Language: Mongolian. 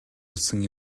болсон